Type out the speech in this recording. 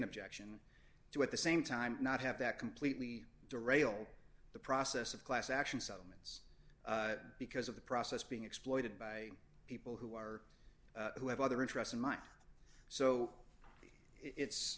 objection to at the same time not have that completely derailed the process of class action settlements because of the process being exploited by people who are who have other interests in mind so it's